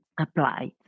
applied